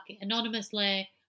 anonymously